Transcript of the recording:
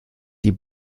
die